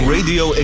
Radio